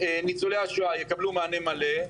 ניצולי השואה יקבלו מענה מלא,